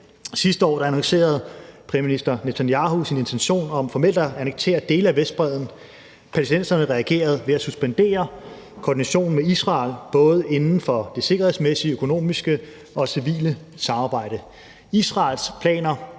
Sidste år annoncerede premierminister Netanyahu sin intention om formelt at annektere dele af Vestbredden. Palæstinenserne reagerede ved at suspendere koordinationen med Israel, både inden for det sikkerhedsmæssige, økonomiske og civile samarbejde. Israels planer